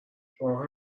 شما